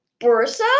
Bursa